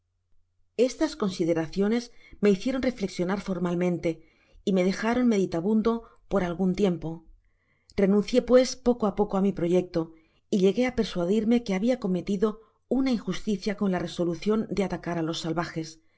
estas consideraciones me hicieron reflexionar formal mente y me dejaron meditabundo por algun tiempo renuncié pues poco á poco á mi proyecto y uegtíé á per j suadirme que habia cometido una injusticia con la resolucion de atacar á los salvajes que